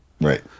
right